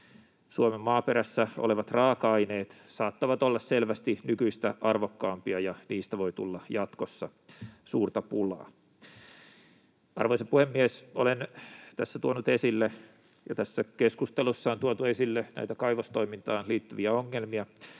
Suomen maaperässä olevat raaka-aineet saattavat olla selvästi nykyistä arvokkaampia ja niistä voi tulla jatkossa suurta pulaa. Arvoisa puhemies! Olen tässä tuonut esille ja tässä keskustelussa on tuotu esille näitä kaivostoimintaan liittyviä ongelmia.